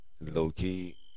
Low-key